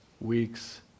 weeks